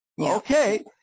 Okay